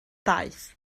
daeth